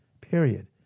period